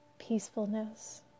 peacefulness